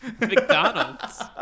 McDonald's